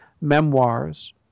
memoirs